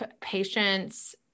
patients